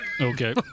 Okay